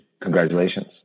Congratulations